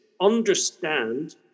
understand